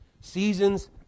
seasons